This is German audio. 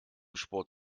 sport